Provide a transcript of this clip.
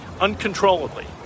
uncontrollably